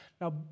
Now